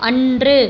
அன்று